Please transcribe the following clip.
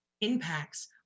impacts